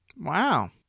Wow